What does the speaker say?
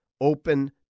open